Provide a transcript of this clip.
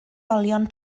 olion